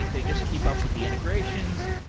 they just keep up with the integrations.